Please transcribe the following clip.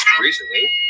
Recently